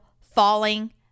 falling